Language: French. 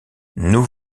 nous